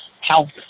health